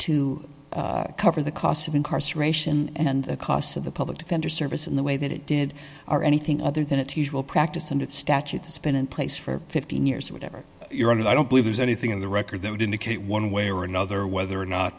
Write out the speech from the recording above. to cover the costs of incarceration and the costs of the public defender service in the way that it did are anything other than its usual practice and it statute has been in place for fifteen years or whatever your honor i don't believe there's anything in the record that would indicate one way or another whether or not